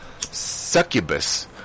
succubus